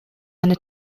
eine